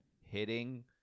hitting